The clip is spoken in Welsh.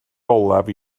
olaf